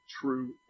true